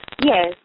Yes